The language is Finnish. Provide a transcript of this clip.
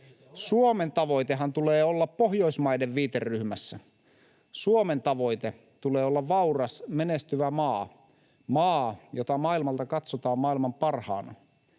Suomen tavoitteenhan tulee olla Pohjoismaiden viiteryhmässä. Suomen tavoitteen tulee olla vauras, menestyvä maa, maa, jota maailmalta katsotaan maailman parhaana.